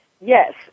Yes